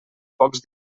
pocs